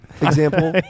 Example